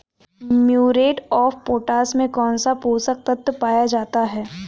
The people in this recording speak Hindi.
म्यूरेट ऑफ पोटाश में कौन सा पोषक तत्व पाया जाता है?